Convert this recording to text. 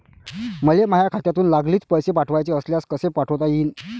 मले माह्या खात्यातून लागलीच पैसे पाठवाचे असल्यास कसे पाठोता यीन?